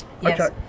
Yes